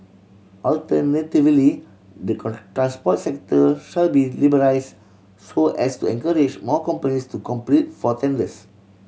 alternatively the transport sector shall be liberalise so as to encourage more companies to compete for tenders